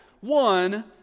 one